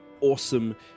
awesome